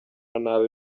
nabi